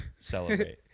celebrate